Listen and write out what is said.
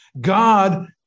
God